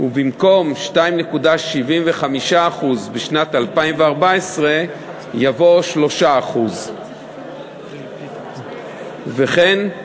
ובמקום 2.75% בשנת 2014 יבוא 3%. וכן,